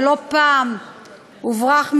ולא פעם הוברח משם,